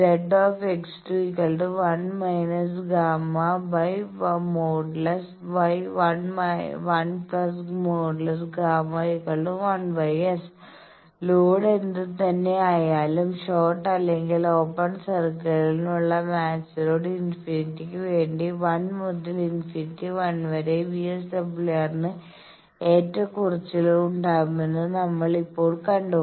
Z 1−∣Γ| 1∣Γ∣ 1S load എന്തുതന്നെ ആയാലും short അല്ലെങ്കിൽ ഓപ്പൺ സർക്കിളിനുള്ള മാച്ച് ലോഡ് ഇൻഫിനിറ്റിക്ക് വേണ്ടി 1 മുതൽ ഇൻഫിനിറ്റി 1 വരെ VSWRന് ഏറ്റക്കുറച്ചിലുകൾ ഉണ്ടാവുന്നത് നമ്മൾ ഇപ്പോൾ കണ്ടു